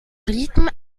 rythme